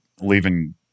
leaving